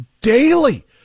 daily